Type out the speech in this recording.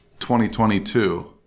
2022